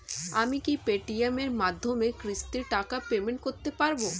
আমি কি Paytm এর মাধ্যমে কিস্তির টাকা পেমেন্ট করতে পারব?